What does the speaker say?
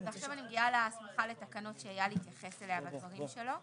ועכשיו אני מגיעה להסמכה לתקנות שאייל התייחס אליה בדברים שלו.